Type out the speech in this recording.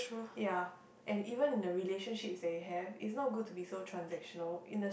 ya and even in the relationships they have it's not good to be so transactional in the